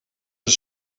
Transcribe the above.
een